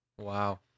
Wow